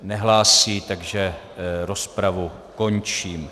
Nehlásí, takže rozpravu končím.